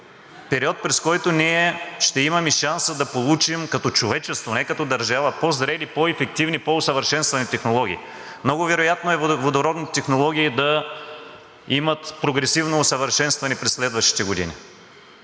Период, през който ние ще имаме шанса да получим като човечество, а не като държава по-зрели, по-ефективни, по-усъвършенствани технологии. Много вероятно е водородните технологии да имат прогресивно усъвършенстване през следващите години.